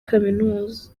kaminuza